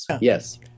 yes